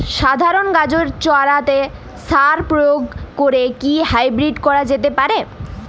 সাধারণ গাজরের চারাতে সার প্রয়োগ করে কি হাইব্রীড করা যেতে পারে?